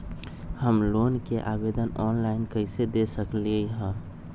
हम लोन के ऑनलाइन आवेदन कईसे दे सकलई ह?